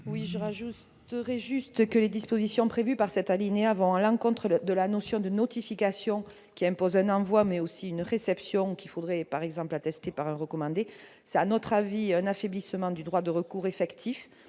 ajouter que les dispositions prévues par cet alinéa vont à l'encontre de la notion de notification, qui impose un envoi, mais aussi une réception, qu'il faudrait par exemple attester par un recommandé. Cela constitue à notre avis un affaiblissement du droit de recours effectif